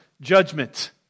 judgment